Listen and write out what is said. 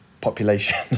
population